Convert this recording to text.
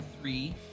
three